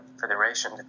federation